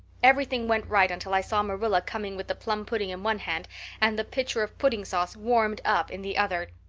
everything went right until i saw marilla coming with the plum pudding in one hand and the pitcher of pudding sauce warmed up, in the other.